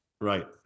right